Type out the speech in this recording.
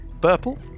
Purple